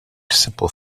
simple